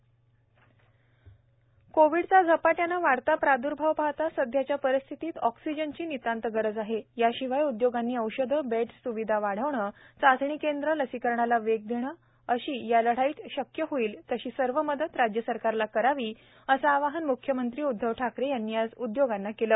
म्ख्यमंत्री बैठक कोविडचा झपाट्याने वाढता प्रादुर्भाव पाहता सध्याच्या परिस्थितीत ऑक्सिजनची नितांत गरज आहे याशिवाय उद्योगांनी औषधे बेड्स स्विधा वाढविणे चाचणी केंद्रे लसीकरणाला वेग देणे अशी या लढाईत शक्य होईल तशी सर्व मदत राज्य सरकारला करावी असे आवाहन म्ख्यमंत्री उद्धव ठाकरे यांनी आज उदयोगांना केले